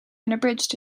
unabridged